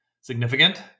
significant